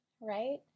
right